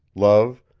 love,